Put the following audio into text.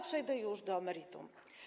Przejdę już do meritum.